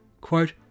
Quote